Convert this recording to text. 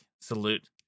salute